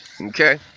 Okay